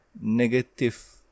negative